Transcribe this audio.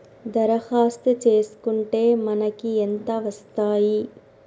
దరఖాస్తు చేస్కుంటే మనకి ఎంత వస్తాయి?